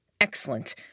Excellent